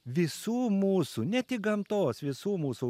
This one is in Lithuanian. visų mūsų ne tik gamtos visų mūsų